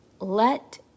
let